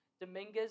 Dominguez